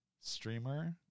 streamer